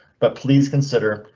but please consider.